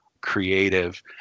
creative